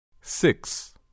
Six